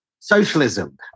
socialism